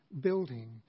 building